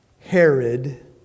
Herod